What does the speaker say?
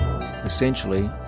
Essentially